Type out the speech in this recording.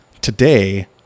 today